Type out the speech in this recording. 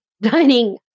dining